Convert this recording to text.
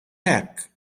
hekk